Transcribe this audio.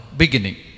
beginning